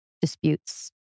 disputes